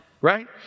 right